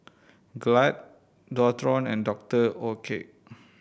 Glad Dualtron and Doctor Oetker